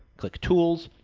click tools,